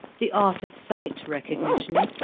the art of sight recognition,